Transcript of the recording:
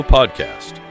Podcast